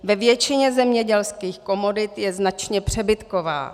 Ve většině zemědělských komodit je značně přebytková.